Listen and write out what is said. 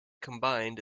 combined